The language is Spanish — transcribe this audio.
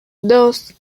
dos